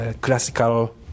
classical